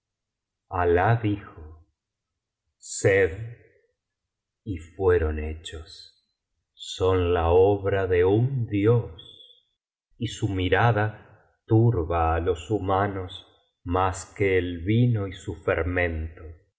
dijo sed y fueron hechos son la obra de un dios y su mirada turba á los humanos más que el vino y su fermento